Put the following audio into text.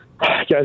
guys